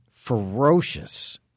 Ferocious